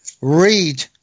read